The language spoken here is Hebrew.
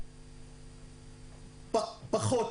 פחות.